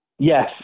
Yes